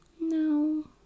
no